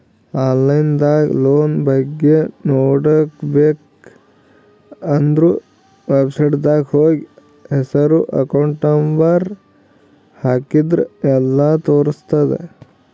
online ನಾಗ್ loan ಬಗ್ಗೆ ನೋಡ್ಬೇಕ ಅಂದುರ್ ವೆಬ್ಸೈಟ್ನಾಗ್ ಹೋಗಿ ಹೆಸ್ರು ಅಕೌಂಟ್ ನಂಬರ್ ಹಾಕಿದ್ರ ಎಲ್ಲಾ ತೋರುಸ್ತುದ್